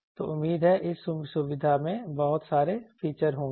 तो उम्मीद है इस सुविधा में बहुत सारे फीचर होंगे